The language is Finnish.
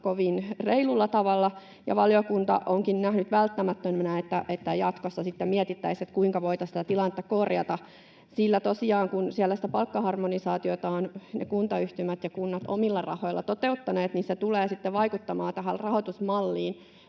kovin reilulla tavalla. Valiokunta onkin nähnyt välttämättömänä, että jatkossa mietittäisiin, kuinka voitaisiin tätä tilannetta korjata, sillä tosiaan kun siellä sitä palkkaharmonisaatiota ovat kuntayhtymät ja kunnat omilla rahoillaan toteuttaneet, se tulee sitten vaikuttamaan tähän rahoitusmalliin